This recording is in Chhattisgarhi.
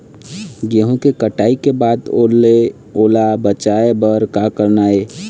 गेहूं के कटाई के बाद ओल ले ओला बचाए बर का करना ये?